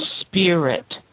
spirit